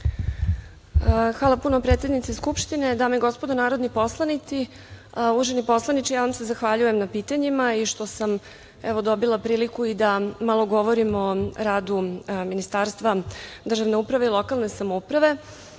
Hvala puno predsednice Skupštine. Dame i gospodo narodni poslanici, uvaženi poslaniče, ja vam se zahvaljujem na pitanjima i što sam dobila priliku da malo govorim o radu Ministarstva državne uprave i lokalne samouprave. Najpre